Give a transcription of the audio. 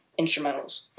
instrumentals